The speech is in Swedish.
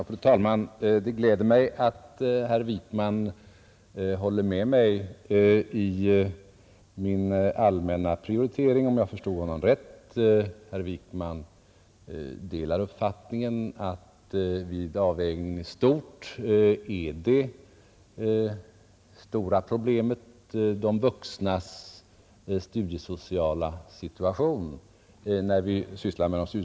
Fru talman! Det gläder mig att herr Wijkman håller med mig i min allmänna prioritering, om jag förstår honom rätt. Herr Wijkman delar uppfattningen att vid avvägningen i stort är det stora problemet de vuxnas studiesociala situation.